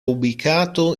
ubicato